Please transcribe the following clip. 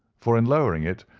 for in lowering it,